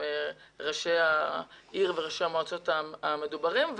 ראש העיר וראש המועצה האזורית המדוברים,